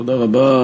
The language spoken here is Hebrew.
תודה רבה.